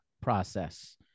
process